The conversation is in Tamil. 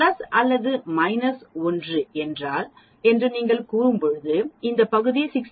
பிளஸ் அல்லது மைனஸ் 1 என்று நீங்கள் கூறும்போது இந்த பகுதி 68